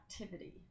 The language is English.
activity